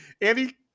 Andy